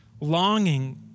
longing